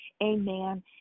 Amen